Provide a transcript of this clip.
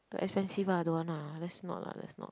but expensive ah don't want lah let's not lah let's not